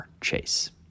Chase